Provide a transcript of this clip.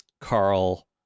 Carl